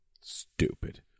Stupid